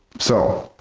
so,